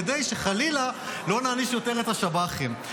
כדי שחלילה לא נעניש יותר את השב"חים,